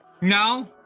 No